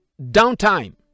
downtime